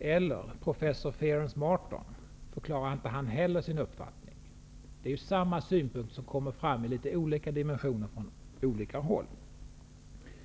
eller professor Ference Marton inte heller förklarade sin uppfattning? Det är ju samma synpunkter som kommer fram i litet olika dimensioner från olika håll.